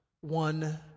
one